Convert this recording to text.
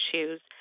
issues